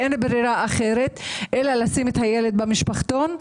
אין ברירה אחרת, אלא לשים את הילד במשפחתון.